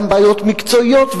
וגם בעיות מקצועיות,